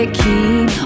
keep